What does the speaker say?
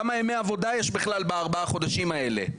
כמה ימי עבודה יש בכלל בארבעה חודשים האלה.